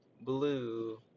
blue